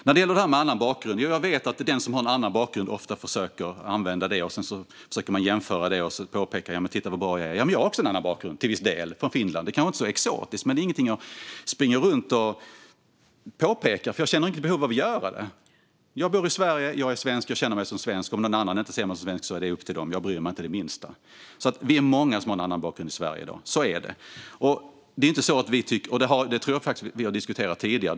När det gäller detta med annan bakgrund vet jag att den som har en annan bakgrund ofta försöker använda det, jämföra och påpeka hur bra man är. Jag har också till viss del en annan bakgrund, från Finland - det kanske inte är så exotiskt. Men det är inget jag springer runt och påpekar, för jag känner inget behov av att göra det. Jag bor i Sverige, jag är svensk, jag känner mig som svensk. Om någon annan inte ser mig som svensk är det upp till den; jag bryr mig inte det minsta. Vi är många som har en annan bakgrund i Sverige i dag. Jag tror att vi har diskuterat detta tidigare.